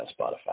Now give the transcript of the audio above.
Spotify